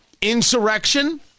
Insurrection